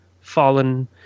fallen